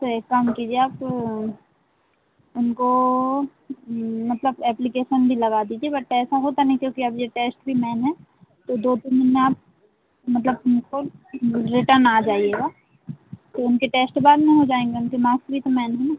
तो एक काम कीजिए आप उनको मतलब एप्लिकेसन भी लगा दीजिए बट ऐसा होता नहीं क्योंकि अब ये टेस्ट भी मेन है तो दो तीन दिन में आप मतलब रिटर्न आ जाइएगा तो उनके टेस्ट बाद में हो जाएँगे उनके माक्स भी तो मैन हैं ना